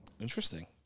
interesting